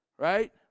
Right